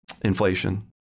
inflation